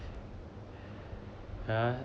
yeah